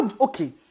okay